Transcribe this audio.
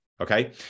okay